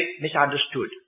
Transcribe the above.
misunderstood